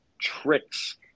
tricks